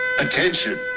Attention